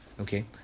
okay